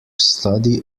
study